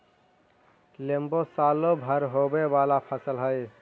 लेम्बो सालो भर होवे वाला फसल हइ